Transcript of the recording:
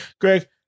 Greg